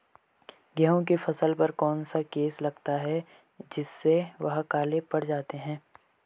गेहूँ की फसल पर कौन सा केस लगता है जिससे वह काले पड़ जाते हैं?